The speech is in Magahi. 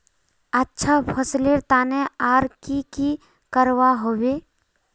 अच्छा फसलेर तने आर की की करवा होबे?